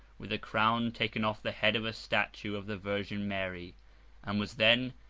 with a crown taken off the head of a statue of the virgin mary and was then,